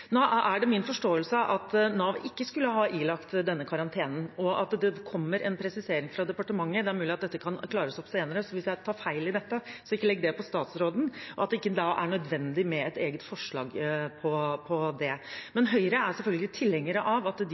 Nå er det min forståelse at Nav ikke skulle ha ilagt denne karantenen, og at det kommer en presisering fra departementet – det er mulig dette kan klares opp senere, så hvis jeg tar feil, ikke legg det på statsråden – og at det da ikke er nødvendig med et eget forslag om det. Høyre er selvfølgelig tilhenger av at de